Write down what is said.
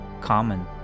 common